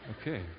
Okay